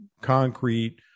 concrete